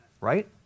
right